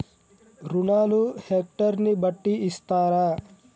రుణాలు హెక్టర్ ని బట్టి ఇస్తారా?